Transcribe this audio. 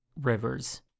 rivers